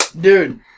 Dude